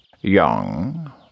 Young